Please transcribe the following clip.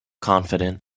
confident